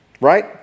Right